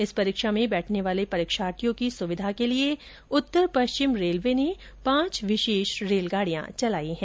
इस परीक्षा में बैठने वाले परीक्षार्थियों की सुविधा के लिये उत्तर पश्चिम रेलवे ने पांच विशेष रेलगाड़ियां चलाई हैं